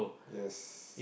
yes